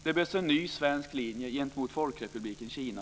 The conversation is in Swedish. Det behövs en ny svensk linje gentemot Folkrepubliken Kina.